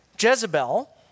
Jezebel